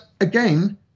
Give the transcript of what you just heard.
again